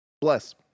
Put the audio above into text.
Bless